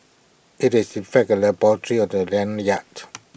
IT is in effect A laboratory of the lanyard